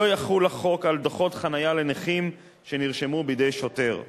לא יחול החוק על דוחות חנייה לנכים שנרשמו בידי שוטר,